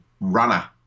runner